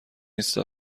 نیست